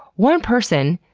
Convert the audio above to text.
one person,